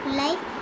life